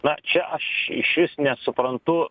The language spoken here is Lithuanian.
na čia aš išvis nesuprantu